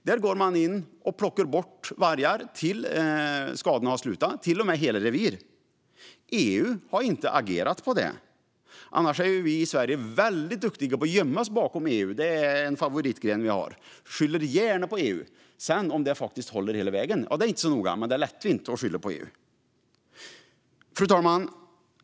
Där går man in och plockar bort vargar och till och med hela revir tills skadorna upphör. EU har inte agerat på detta. Annars är ju vi i Sverige väldigt duktiga på att gömma oss bakom EU. Det är en favoritgren vi har - vi skyller gärna på EU. Om det sedan håller hela vägen är inte så noga, men det är lätt att skylla på EU. Fru talman!